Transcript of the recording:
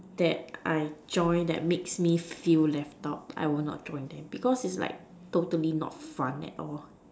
that I join that makes me feel left out I will not join them because it's like totally not fun at all